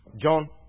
John